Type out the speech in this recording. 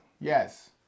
Yes